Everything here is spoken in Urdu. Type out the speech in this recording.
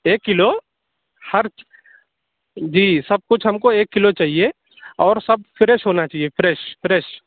ایک کلو ہر جی سب کچھ ہم کو ایک کلو چاہیے اور سب فریش ہونا چاہیے فریش فریش